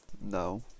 No